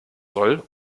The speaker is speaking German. soll